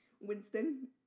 Winston